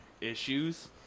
issues